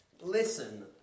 listen